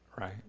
right